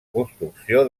construcció